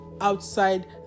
outside